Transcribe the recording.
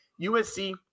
USC